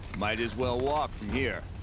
might as well walk from here.